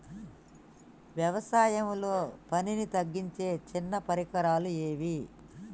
వ్యవసాయంలో పనిని తగ్గించే చిన్న పరికరాలు ఏవి?